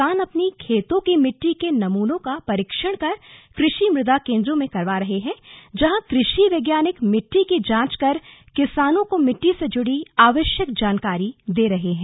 किसान अपनी खेतों की मिट्टी के नमूनों का परीक्षण कृषि मुदा केंद्रों में करवा रहे हैं जहां कृषि वैज्ञानिक मिट्टी की जांच कर किसानों को मिट्टी से जुड़ी आवश्यक जानाकरी दे रहे हैं